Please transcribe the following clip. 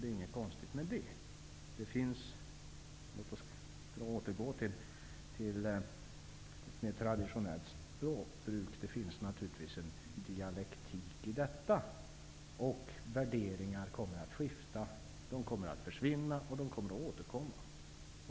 Det är inget konstigt med det. Det finns, för att återgå till ett mer traditionellt språkbruk, naturligtvis en dialektik i detta. Och värderingar kommer att skifta. De kommer att försvinna, och de kommer att återkomma.